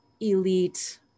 elite